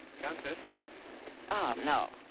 countess ah now